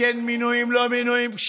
כן מינויים, לא מינויים.